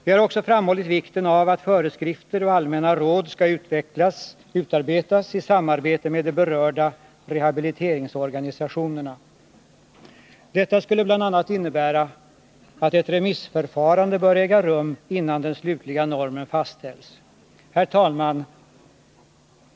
Vi har också framhållit vikten av att föreskrifter och allmänna råd skall utarbetas i samarbete med de berörda rehabiliteringsorganisationerna. Detta skulle bl.a. innebära att ett remissförfarande bör äga rum innan den slutliga normen fastställs. Herr talman!